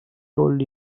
told